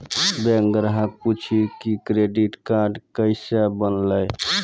Bank ग्राहक पुछी की क्रेडिट कार्ड केसे बनेल?